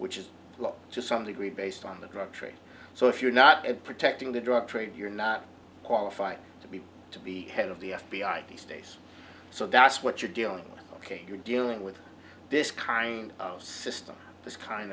which is to some degree based on the drug trade so if you're not protecting the drug trade you're not qualified to be to be head of the f b i these days so that's what you're dealing with ok you're dealing with this kind of system this kind